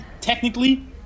technically